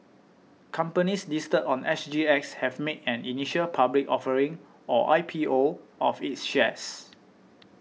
companies listed on S G X have made an initial public offering or I P O of its shares